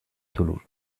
toulouse